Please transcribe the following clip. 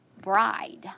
bride